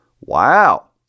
wow